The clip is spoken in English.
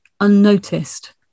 unnoticed